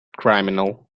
criminal